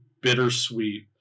bittersweet